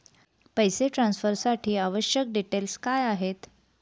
पैसे ट्रान्सफरसाठी आवश्यक डिटेल्स काय आहेत?